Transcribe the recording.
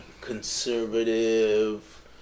conservative